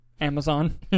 Amazon